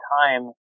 time